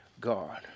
God